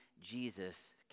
Jesus